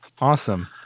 Awesome